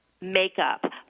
makeup